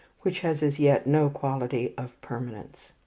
which has as yet no quality of permanence.